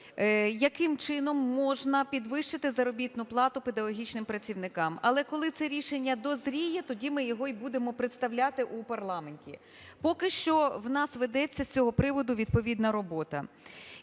яким чином можна підвищити заробітну плату педагогічним працівникам. Але, коли це рішення дозріє, тоді ми його й будемо представляти в парламенті, поки що у нас ведеться з цього приводу відповідна робота.